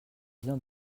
vient